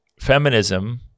Feminism